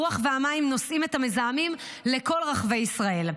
הרוח והמים נושאים את המזהמים לכל רחבי ישראל.